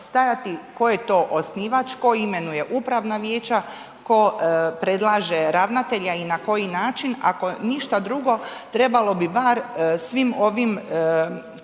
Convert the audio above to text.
tko je to osnivač, tko imenuje upravna vijeća, tko predlaže ravnatelja i na koji način, ako ništa drugo trebalo bi bar svim ovim